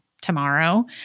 tomorrow